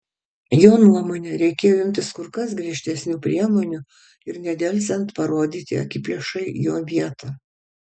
jo nuomone reikėjo imtis kur kas griežtesnių priemonių ir nedelsiant parodyti akiplėšai jo vietą